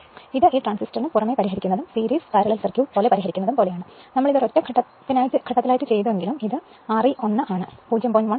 ഇത് ഈ ട്രാൻസിസ്റ്ററിനു പുറമെ പരിഹരിക്കുന്നതും സീരീസ് പാരലൽ സർക്യൂട്ട് പോലെ പരിഹരിക്കുന്നതും പോലെയാണ് നമ്മൾ ഇത് ഒരൊറ്റ ഘട്ടത്തിനായി ചെയ്തുവെങ്കിലും ഇത് R e 1 ആണ് 0